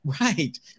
Right